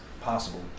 possible